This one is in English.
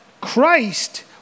Christ